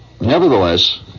nevertheless